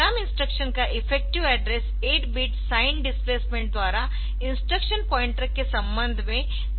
programme instruction का effective address 8 bit signed displacement द्वारा instruction pointer के संबंध में निर्दिष्ट किया गया है